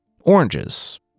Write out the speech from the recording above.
Oranges